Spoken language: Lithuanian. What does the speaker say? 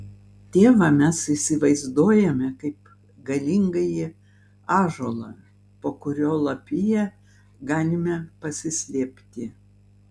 tėvą mes įsivaizduojame kaip galingąjį ąžuolą po kurio lapija galime pasislėpti